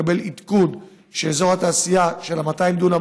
לקבל עדכון שאזור התעשייה של 200 הדונם